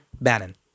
Bannon